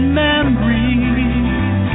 memories